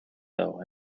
though